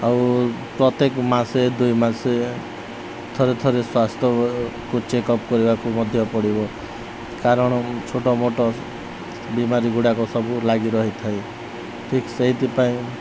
ଆଉ ପ୍ରତ୍ୟେକ ମାସେ ଦୁଇ ମାସେ ଥରେ ଥରେ ସ୍ୱାସ୍ଥ୍ୟକୁ ଚେକ୍ ଅପ୍ କରିବାକୁ ମଧ୍ୟ ପଡ଼ିବ କାରଣ ଛୋଟ ମୋଟ ବେମାରୀ ଗୁଡ଼ାକ ସବୁ ଲାଗି ରହିଥାଏ ଠିକ୍ ସେଇଥିପାଇଁ